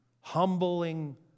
humbling